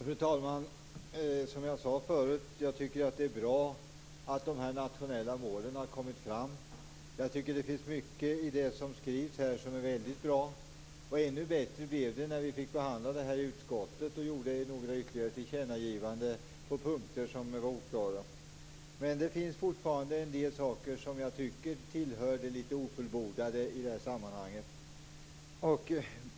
Fru talman! Som jag sade tidigare tycker jag att det är bra att de nationella målen har kommit fram. Det finns mycket i skrivningarna här som jag tycker är väldigt bra. Ännu bättre blev det när vi fick behandla det hela i utskottet och göra ytterligare några tillkännagivanden på punkter där det rådde oklarhet. Det finns dock fortfarande en del saker som jag anser tillhör det litet ofullbordade i de här sammanhangen.